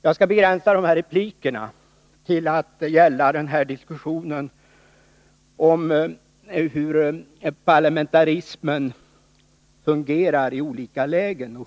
Jag skall begränsa min replik till att gälla diskussionen om hur parlamentarismen fungerar i olika lägen.